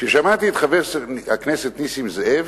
כששמעתי את חבר הכנסת נסים זאב